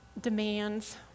demands